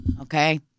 okay